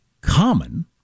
common